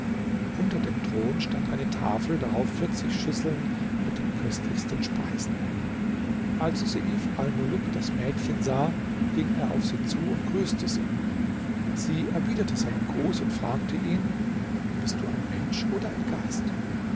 unter dem thron stand eine tafel darauf vierzig schüsseln mit den köstlichsten speisen als seif almuluk das mädchen sah ging er auf sie zu und grüßte sie sie erwiderte seinen gruß und fragte ihn bist du ein mensch oder ein geist